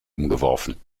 umgeworfen